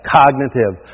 cognitive